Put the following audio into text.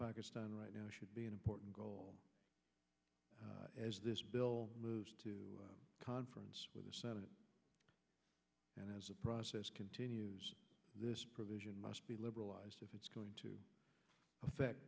pakistan right now should be an important goal as this bill moves to conference with the senate and as a process continues this provision must be liberalized if it's going to affect